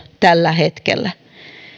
tällä hetkellä